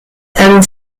and